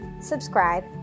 subscribe